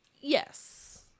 Yes